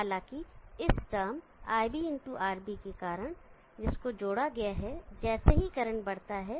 हालांकि इस term iB ˟ RB के कारण जिस को जोड़ा गया है जैसे ही करंट बढ़ता है